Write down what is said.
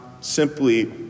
simply